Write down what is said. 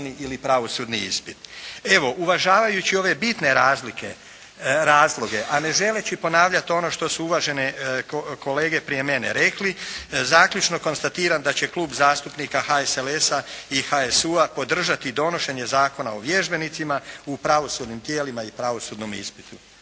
ili pravosudni ispit. Evo, uvažavajući ove bitne razloge, a ne želeći ponavljati ono što su uvažene kolege prije mene rekli, zaključno konstatiram da će Klub zastupnika HSLS-a i HSU-a podržati donošenje zakona o vježbenicima u pravosudnim tijelima i pravosudnom ispitu.